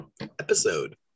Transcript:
episode